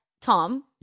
Tom